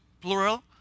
plural